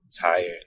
tired